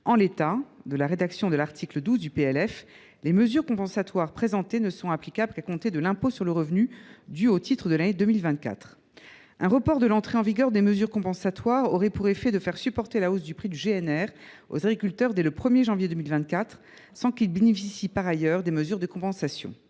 – a été acté. Tel que l’article 12 est rédigé, les mesures compensatoires présentées ne seront applicables qu’à compter de l’impôt sur le revenu dû au titre de l’année 2024. Un report de l’entrée en vigueur des mesures compensatoires aurait pour effet de faire supporter la hausse du prix du GNR aux agriculteurs dès le 1 janvier 2024, sans qu’ils bénéficient par ailleurs des mesures de compensation.